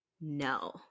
No